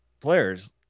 players